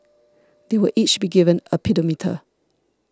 they will each be given a pedometer